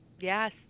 Yes